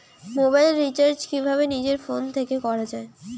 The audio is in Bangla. মোবাইল রিচার্জ কিভাবে নিজের ফোন থেকে করা য়ায়?